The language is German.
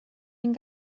den